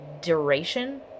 duration